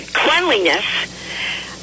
cleanliness